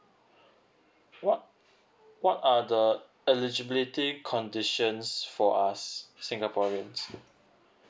what what are the eligibility conditions for us singaporeans